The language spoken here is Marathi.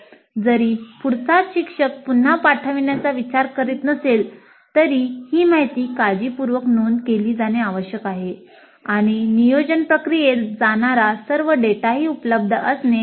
जरी पुढचाच शिक्षक पुन्हा पाठवण्याचा विचार करीत नसेल तरी ही माहिती काळजीपूर्वक नोंद केली जाणे आवश्यक आहे आणि नियोजन प्रक्रियेत जाणारा सर्व डेटाही उपलब्ध असणे आवश्यक आहे